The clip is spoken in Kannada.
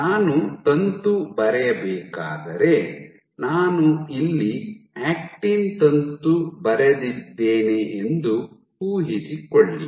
ನಾನು ತಂತು ಬರೆಯಬೇಕಾದರೆ ನಾನು ಇಲ್ಲಿ ಆಕ್ಟಿನ್ ತಂತು ಬರೆದಿದ್ದೇನೆ ಎಂದು ಊಹಿಸಿಕೊಳ್ಳಿ